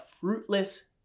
fruitless